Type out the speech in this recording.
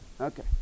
Okay